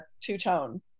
two-tone